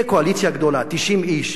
תהיה קואליציה גדולה, 90 איש,